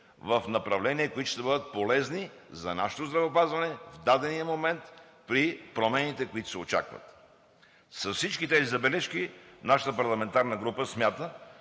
в направления, които ще бъдат полезни за нашето здравеопазване в дадения момент, при промените, които се очакват. С всички тези забележки нашата парламентарна група смята,